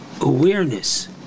awareness